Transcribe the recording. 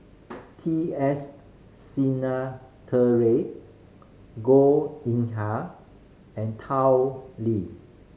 T S Sinnathuray Goh Yihan and Tao Li